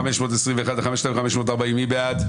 רוויזיה על הסתייגויות 4380-4361, מי בעד?